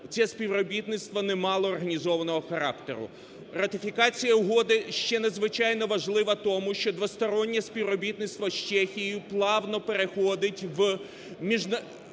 це співробітництво не мало організованого характеру. Ратифікація угоди ще надзвичайно важлива, тому що двостороннє співробітництво з Чехією плавно переходить в багатостороннє